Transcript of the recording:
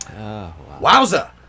Wowza